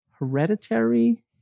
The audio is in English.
hereditary